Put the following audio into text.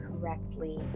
correctly